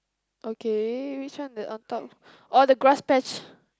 okay which one the on top oh the grass patch